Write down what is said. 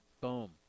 Boom